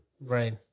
Right